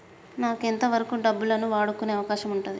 నాకు ఎంత వరకు డబ్బులను వాడుకునే అవకాశం ఉంటది?